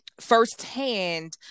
firsthand